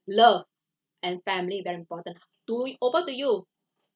love and family very important do it or what do you over to you